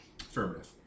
Affirmative